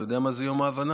אתה יודע מה זה יום ההבנה?